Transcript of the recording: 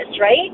right